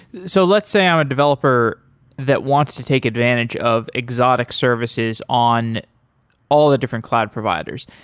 so let's say i'm a developer that wants to take advantage of exotic services on all the different cloud providers,